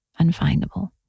unfindable